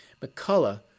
McCullough